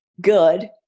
good